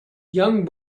young